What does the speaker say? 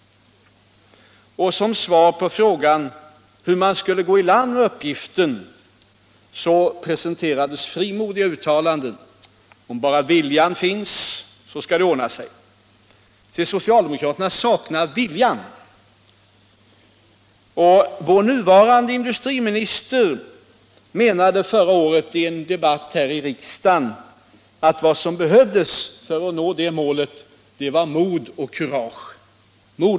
Som svar på frågan hur man skulle gå debatt Allmänpolitisk debatt i land med uppgiften presenterades frimodiga uttalanden. Om bara viljan fanns så skulle det ordna sig — socialdemokraterna saknade viljan. Vår nuvarande industriminister menade förra året i en debatt här i riksdagen att vad som behövdes för att nå målet var ”mod och kurage”.